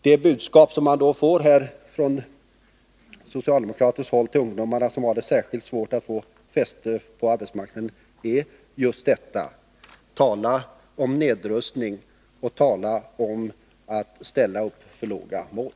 Det budskap som vi får från socialdemokratiskt håll till de ungdomar som har särskilt svårt att få fäste på arbetsmarknaden är just detta: Tala om nedrustning och tala om att ställa upp för låga mål.